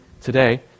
today